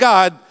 God